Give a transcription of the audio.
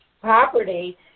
property